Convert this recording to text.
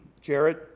Jared